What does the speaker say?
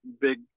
big